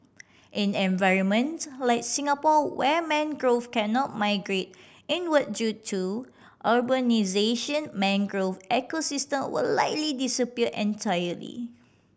in environments like Singapore where mangrove cannot migrate inward due to urbanisation mangrove ecosystem will likely disappear entirely